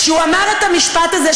כשהוא אמר את המשפט הזה,